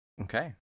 Okay